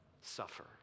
suffer